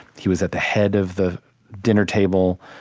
he was at the head of the dinner table.